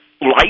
life